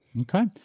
Okay